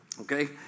Okay